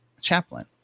chaplain